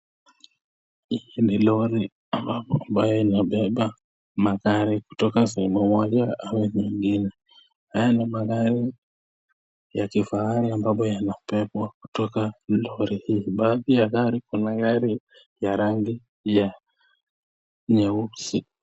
Hii ni lori ambayo inabeba magari kutoka sehemu moja au jingine. Haya ni magari ya kifahari ambayo yanabebwa kutoka lori hii. Baadhi ya gari kuna gari ya rangi ya nyeusi.